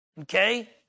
Okay